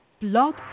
Blog